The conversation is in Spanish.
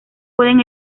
pueden